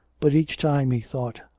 but each time he thought,